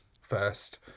first